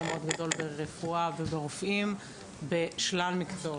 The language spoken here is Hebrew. מאוד גדול ברפואה וברופאים בשלל מקצועות.